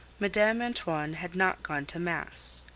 madame antoine had not gone to mass.